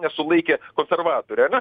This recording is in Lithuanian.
nesulaikė konservatoriai ar ne